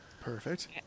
Perfect